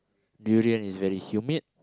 durian is very humid